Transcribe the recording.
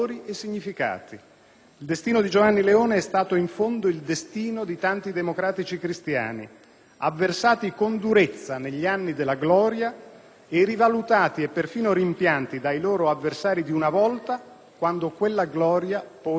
Il destino di Giovanni Leone è stato, in fondo, quello di tanti democratici cristiani, avversati con durezza negli anni della gloria e rivalutati, perfino rimpianti, dai loro avversari di una volta, quando quella gloria poi è finita.